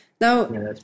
Now